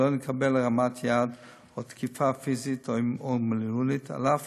ולא נקבל הרמת יד או תקיפה פיזית או מילולית של שום